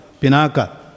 Pinaka